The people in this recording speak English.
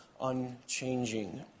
unchanging